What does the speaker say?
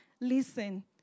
Listen